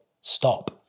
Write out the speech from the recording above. stop